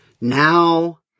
Now